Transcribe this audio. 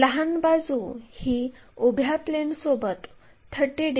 लहान बाजू ही उभ्या प्लेनसोबत 30 डिग्रीचा कोन बनवते